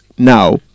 Now